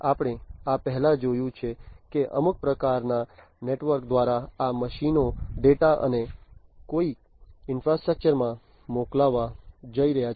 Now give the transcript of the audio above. આપણે આ પહેલા જોયું છે કે અમુક પ્રકારના નેટવર્ક દ્વારા આ મશીનો ડેટા ને અન્ય કોઈ ઈન્ફ્રાસ્ટ્રક્ચર માં મોકલવા જઈ રહ્યા છે